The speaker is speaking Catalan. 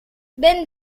vent